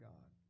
God